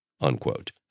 unquote